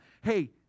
hey